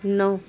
نو